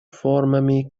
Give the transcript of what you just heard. формами